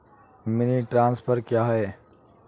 Money transfer क्या है?